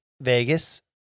Vegas